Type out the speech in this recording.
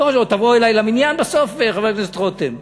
לא חשוב, תבוא אלי למניין בסוף, חבר הכנסת רותם?